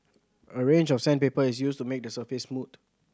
a range of sandpaper is used to make the surface smooth